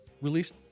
released